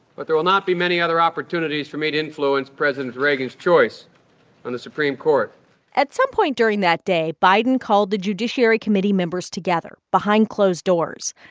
but there will not be many other opportunities for me to influence president reagan's choice on the supreme court at some point during that day, biden called the judiciary committee members together behind closed doors.